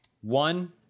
One